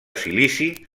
silici